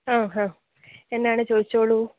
ആഹാ എന്താണ് ചോദിച്ചോളൂ